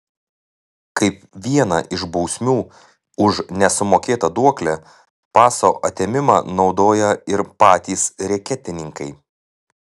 kaip vieną iš bausmių už nesumokėtą duoklę paso atėmimą naudoja ir patys reketininkai